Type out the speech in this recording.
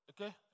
Okay